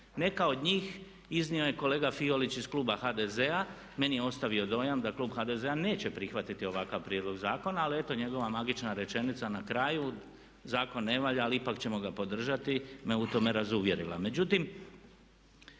Neka od njih iznio je kolega Fiolić iz kluba HDZ-a, meni je ostavio dojam da klub HDZ-a neće prihvatiti ovakav prijedlog zakona ali eto njegova magična rečenica na kraju zakon ne valja ali ipak ćemo ga podržati me u tome razuvjerila.